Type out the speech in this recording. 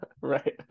Right